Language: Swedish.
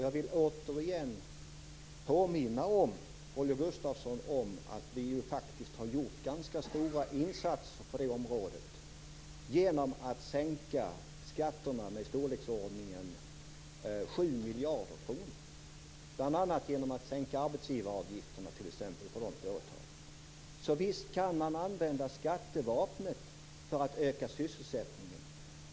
Jag vill återigen påminna Holger Gustafsson om att vi faktiskt har gjort ganska stora insatser på det området genom att sänka skatterna med i storleksordningen 7 miljarder kronor. Bl.a. har vi sänkt arbetsgivareavgifterna för de mindre företagen. Så visst kan man använda skattevapnet för att öka sysselsättningen.